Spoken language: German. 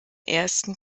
ersten